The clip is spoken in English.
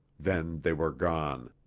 then they were gone.